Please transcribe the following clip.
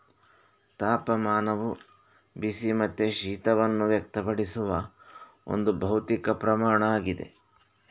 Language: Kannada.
ತಾಪಮಾನವು ಬಿಸಿ ಮತ್ತೆ ಶೀತವನ್ನ ವ್ಯಕ್ತಪಡಿಸುವ ಒಂದು ಭೌತಿಕ ಪ್ರಮಾಣ ಆಗಿದೆ